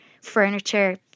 furniture